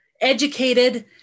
educated